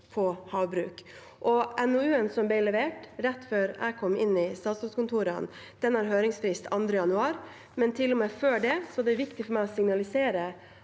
om havbruk. NOU-en som ble levert rett før jeg kom inn i statsrådskontorene, har høringsfrist 2. januar, men til og med før det var det viktig for meg å signalisere